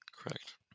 Correct